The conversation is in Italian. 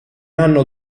anno